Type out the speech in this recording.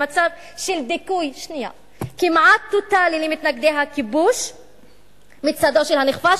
למצב של דיכוי כמעט טוטלי של מתנגדי הכיבוש מצדו של הנכבש,